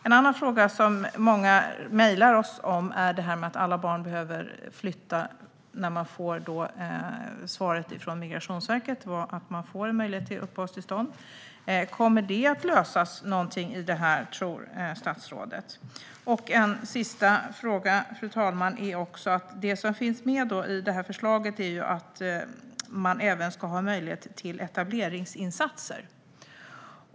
En annan fråga som många mejlar oss om är detta med att alla barn behöver flytta när de får svar från Migrationsverket om att de får en möjlighet till uppehållstillstånd. Tror statsrådet att detta kommer att lösas på något sätt här? Låt mig ställa en sista fråga, fru talman. I förslaget finns också med att man ska ha möjlighet till etableringsinsatser.